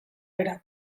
bera